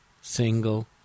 single